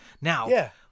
Now